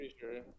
sure